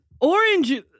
orange